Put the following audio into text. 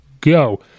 go